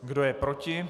Kdo je proti?